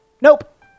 Nope